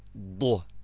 book